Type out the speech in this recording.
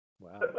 Wow